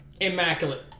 Immaculate